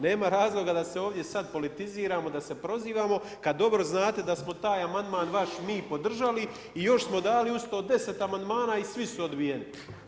Nema razloga da se ovdje sad politiziramo, da se prozivamo, kad dobro znate da smo taj amandman vaš mi podržali i još smo dali uz to 10 amandmana i svi su odbijeni.